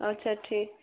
और सब ठीक